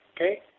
Okay